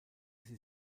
sie